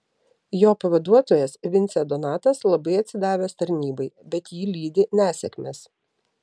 jo pavaduotojas vincė donatas labai atsidavęs tarnybai bet jį lydi nesėkmės